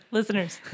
Listeners